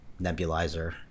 nebulizer